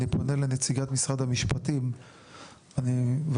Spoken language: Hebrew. אני פונה לנציגת משרד המשפטים,